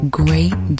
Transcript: great